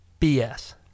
BS